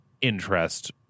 interest